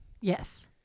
yes